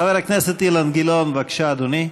חבר הכנסת אילן גילאון, בבקשה, אדוני.